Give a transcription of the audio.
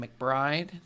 McBride